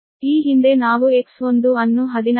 ಈ ಹಿಂದೆ ನಾವು X1 ಅನ್ನು 16